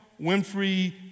Winfrey